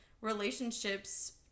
relationships